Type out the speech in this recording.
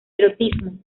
erotismo